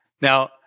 Now